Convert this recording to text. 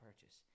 purchase